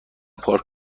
پارک